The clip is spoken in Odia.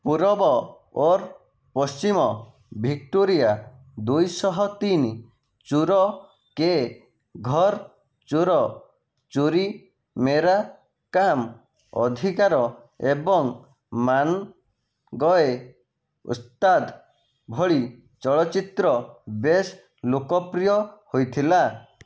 ପୂରବ ଔର ପଶ୍ଚିମ ଭିକ୍ଟୋରିଆ ଦୁଇ ଶହ ତିନି ଚୋର କେ ଘର୍ ଚୋର ଚୋରି ମେରା କାମ ଅଧିକାର ଏବଂ ମାନ ଗଏ ଉସ୍ତାଦ ଭଳି ଚଳଚ୍ଚିତ୍ର ବେଶ୍ ଲୋକପ୍ରିୟ ହୋଇଥିଲା